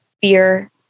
fear